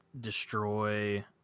destroy